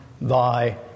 thy